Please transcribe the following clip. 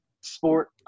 sport